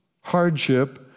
hardship